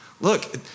look